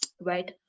right